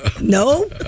No